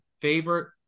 favorite